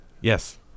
yes